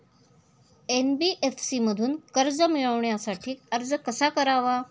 NBFC मधून कर्ज मिळवण्यासाठी अर्ज कसा करावा?